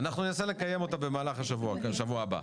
אנחנו ננסה לקיים אותה במהלך השבוע הבא.